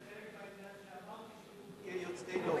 זה חלק מהעניין שאמרתי, יהיו יוצאי דופן.